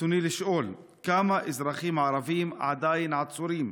רצוני לשאול: 1. כמה אזרחים ערבים עדיין עצורים?